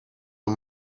are